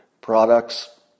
products